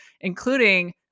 including